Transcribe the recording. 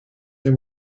the